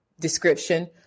description